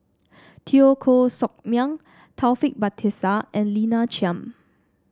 Teo Koh Sock Miang Taufik Batisah and Lina Chiam